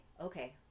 okay